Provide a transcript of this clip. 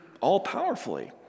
all-powerfully